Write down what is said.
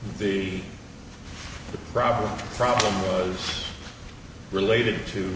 the problem of problem was related to